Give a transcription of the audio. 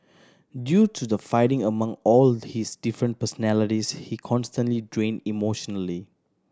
due to the fighting among all his different personalities he constantly drained emotionally